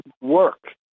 work